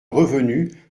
revenus